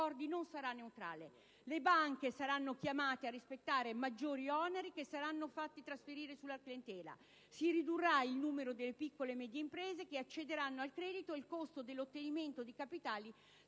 non sarà neutrale. Le banche saranno chiamate a rispettare maggiori oneri, che saranno fatti trasferire sulla clientela. Si ridurrà il numero delle piccole e medie imprese che accederanno al credito e il costo dell'ottenimento di capitali